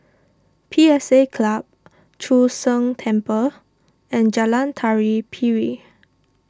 P S A Club Chu Sheng Temple and Jalan Tari Piring